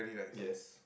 yes